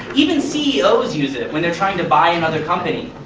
even ceos use it when they are trying to buy another company.